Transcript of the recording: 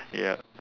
ya